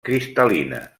cristal·lina